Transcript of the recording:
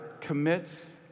commits